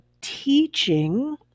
teaching